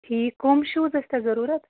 ٹھیٖک کٕم شوٗز ٲسۍ تۅہہِ ضروٗرَت